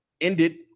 ended